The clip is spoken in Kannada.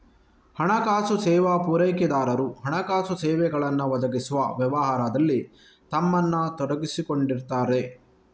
ಹಣಕಾಸು ಸೇವಾ ಪೂರೈಕೆದಾರರು ಹಣಕಾಸು ಸೇವೆಗಳನ್ನ ಒದಗಿಸುವ ವ್ಯವಹಾರದಲ್ಲಿ ತಮ್ಮನ್ನ ತೊಡಗಿಸಿಕೊಂಡಿರ್ತಾರೆ